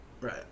right